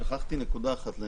שכחתי נקודה אחת לציין.